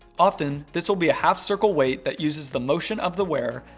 often this will be a half circle weight that uses the motion of the wearer,